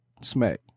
smack